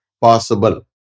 possible